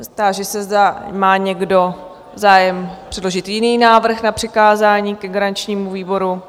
Táži se, zda má někdo zájem předložit jiný návrh na přikázání ke garančnímu výboru?